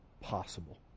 possible